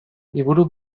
liburu